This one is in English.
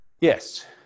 Yes